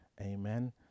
Amen